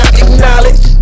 acknowledge